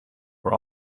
were